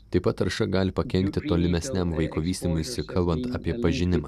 taip pat tarša gali pakenkti tolimesniam vaiko vystymuisi kalbant apie pažinimą